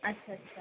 আচ্ছা আচ্ছা